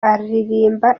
aririmba